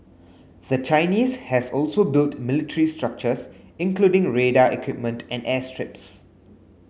the Chinese has also built military structures including radar equipment and airstrips